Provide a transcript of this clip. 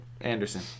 Anderson